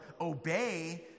obey